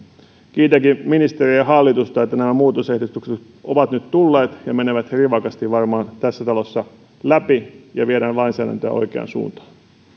kiitänkin ministeriä ja hallitusta että nämä muutosehdotukset ovat nyt tulleet ja menevät rivakasti varmaan tässä talossa läpi ja viedään lainsäädäntöä oikeaan suuntaan